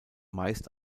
meist